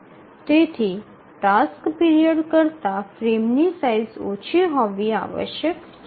તેથી દરેક task period કરતાં ફ્રેમની સાઇઝ ઓછી હોવી આવશ્યક છે